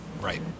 right